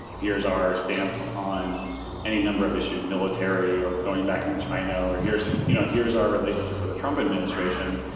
here's our stance on any number of issues, military or going back to and china or here's you know here's our relationship with the trump administration.